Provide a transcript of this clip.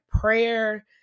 prayer